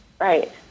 right